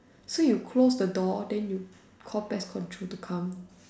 so you close the door then you call pest control to come